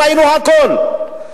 ראינו הכול.